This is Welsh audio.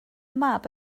mab